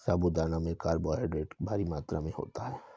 साबूदाना में कार्बोहायड्रेट भारी मात्रा में होता है